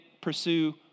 pursue